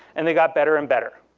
and they got better and better.